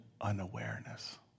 unawareness